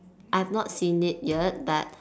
I have not seen it yet but